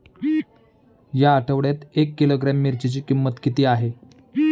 या आठवड्यात एक किलोग्रॅम मिरचीची किंमत किती आहे?